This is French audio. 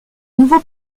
nouveaux